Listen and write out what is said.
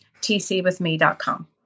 tcwithme.com